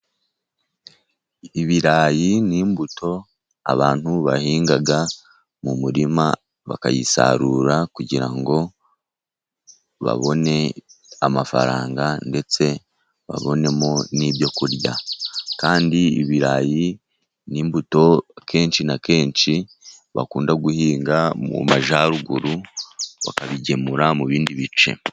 Ibirayi ni imbuto abantu bahinga mu murima bakayisarura, kugira ngo babone amafaranga, ndetse babonemo n'ibyo kurya. Kandi ibirayi ni imbuto akenshi na kenshi bakunda guhinga mu majyaruguru bakabigemura mu bindi bice.